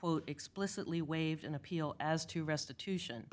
johnson explicitly waived an appeal as to restitution